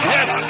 Yes